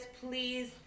please